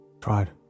Tried